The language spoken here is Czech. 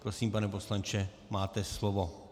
Prosím, pane poslanče, máte slovo.